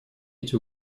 эти